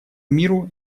миру